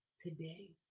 today